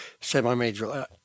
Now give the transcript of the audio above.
semi-major